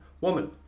woman